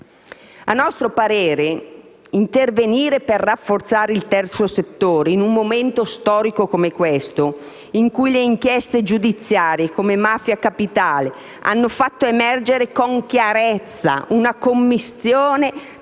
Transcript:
fiscali. Intervenire per rafforzare il terzo settore in un momento storico come questo, in cui inchieste giudiziarie come quella di Mafia Capitale hanno fatto emergere con chiarezza una commistione